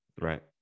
right